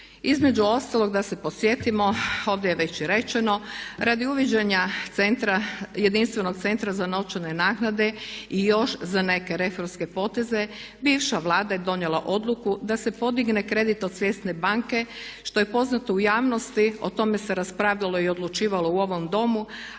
Između ostalog da se podsjetimo ovdje je već i rečeno radi uviđanja jedinstvenog Centra za novčane naknade i još za neke reformske poteze bivša Vlada je donijela odluku da se podigne kredit od Svjetske banke što je poznato u javnosti, o tome se raspravljalo i odlučivalo u ovom Domu.